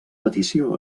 petició